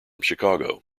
chicago